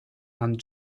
and